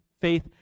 faith